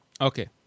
Okay